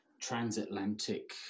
transatlantic